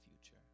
future